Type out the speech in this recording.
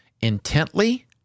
intently